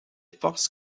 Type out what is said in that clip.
forces